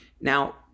Now